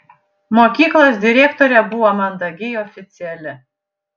mokyklos direktorė buvo mandagiai oficiali